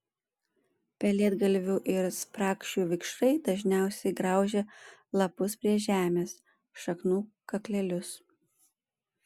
pelėdgalvių ir sprakšių vikšrai dažniausiai graužia lapus prie žemės šaknų kaklelius